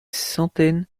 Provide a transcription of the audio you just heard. centaines